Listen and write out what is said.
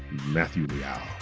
matthew liao,